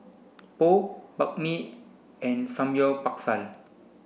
Pho Banh Mi and Samgyeopsal